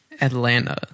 Atlanta